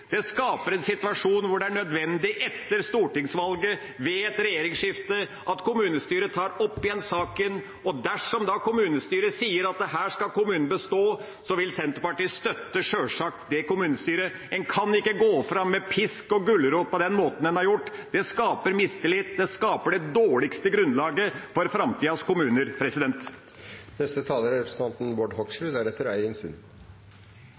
Dette skaper mistillit. Det skaper en situasjon der det er nødvendig etter stortingsvalget, ved et regjeringsskifte, at kommunestyret tar opp igjen saken. Dersom da kommunestyret sier at her skal kommunen bestå, vil Senterpartiet sjølsagt støtte det. En kan ikke gå fram med pisk og gulrot på den måten en har gjort. Det skaper mistillit, og det skaper det dårligste grunnlaget for framtidas kommuner. Det var interessant å høre på representanten